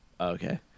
Okay